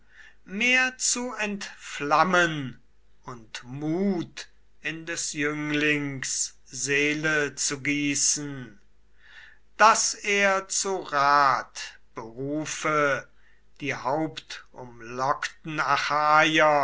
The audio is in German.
mehr zu entflammen und mut in des jünglings seele zu gießen daß er zu rat berufe die hauptumlockten